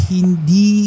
Hindi